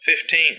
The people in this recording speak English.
fifteen